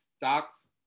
docs